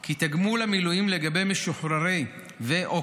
כי תגמול המילואים לגבי משוחררי הקבע ו/או